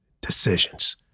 decisions